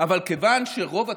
אבל כיוון שרוב התקשורת,